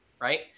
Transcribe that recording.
right